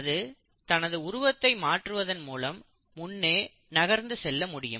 அது தனது உருவத்தை மாற்றுவதன் மூலம் முன்னே நகர்ந்து செல்ல முடியும்